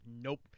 Nope